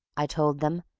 i told them.